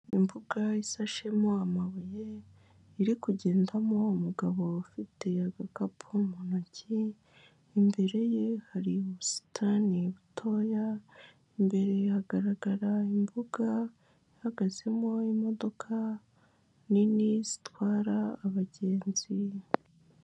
Imbuga isashemo amabuye, iri kugendamo umugabo ufite agakapu mu ntoki, imbere ye hari ubusitani butoya, imbere hagaragara imbuga ihagazemo imodoka nini zitwara abagenzi.